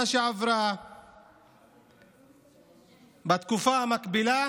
בתקופה המקבילה